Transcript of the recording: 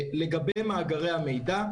לגבי מאגרי המידע,